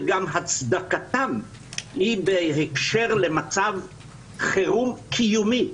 וגם הצדקתן היא בהקשר למצב חירום קיומי,